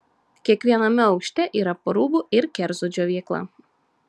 kiekviename aukšte yra po rūbų ir kerzų džiovyklą